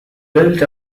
built